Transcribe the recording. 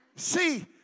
See